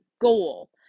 goal